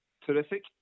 terrific